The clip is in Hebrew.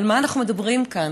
על מה אנחנו מדברים כאן?